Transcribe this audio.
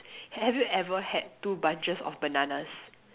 have you ever had two bunches of bananas